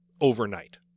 overnight